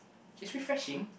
it's refreshing